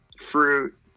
fruit